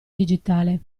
digitale